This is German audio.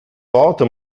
worte